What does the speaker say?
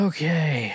Okay